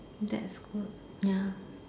that's good ya